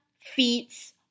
feeds